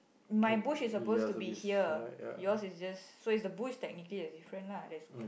my bush is supposed to be here yours is just so is the bush technically that's different lah that's